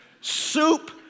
Soup